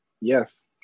yes